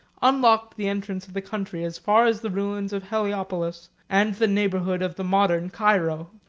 unlocked the entrance of the country as far as the ruins of heliopolis and the neighborhood of the modern cairo.